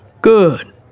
good